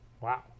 Wow